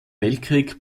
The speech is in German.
weltkrieg